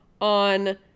on